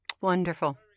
Wonderful